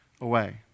away